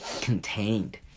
contained